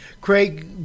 Craig